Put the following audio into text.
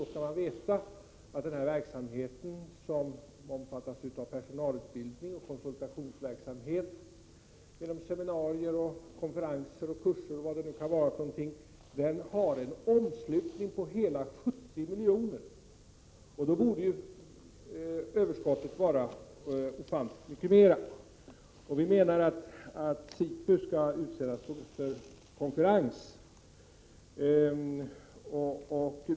Man skall veta att den verksamheten, som omfattar personalutbildning, konsultationsverksamhet genom seminarier, kurser, konferenser osv., har en omslutning på hela 70 milj.kr. Då borde överskottet vara ofantligt mycket mer. Vi menar att SIPU skall utsättas för konkurrens.